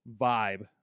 vibe